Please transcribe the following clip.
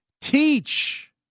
teach